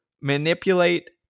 manipulate